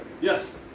Yes